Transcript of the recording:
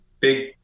big